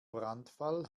brandfall